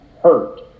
hurt